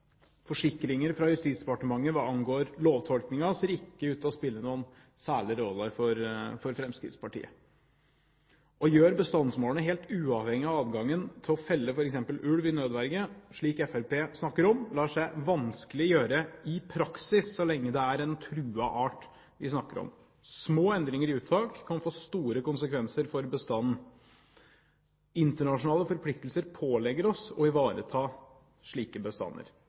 Forsikringer fra Justisdepartementet hva angår lovtolkningen, ser ikke ut til å spille noen særlig rolle for Fremskrittspartiet. Å gjøre bestandsmålene helt uavhengige av adgangen til å felle f.eks. ulv i nødverge, slik Fremskrittspartiet snakker om, lar seg vanskelig gjøre i praksis så lenge det er en truet art vi snakker om. Små endringer i uttak kan få store konsekvenser for bestanden. Internasjonale forpliktelser pålegger oss å ivareta slike bestander.